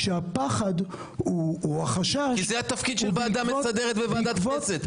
כשהפחד או החשש --- כי זה התפקיד של ועדה מסדרת וועדת כנסת,